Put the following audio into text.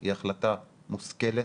היא החלטה מושכלת.